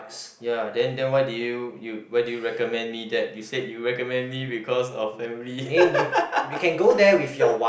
ya then then why did you you why do you recommend me that you said you recommend me because of family